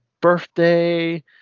birthday